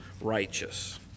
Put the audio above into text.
righteous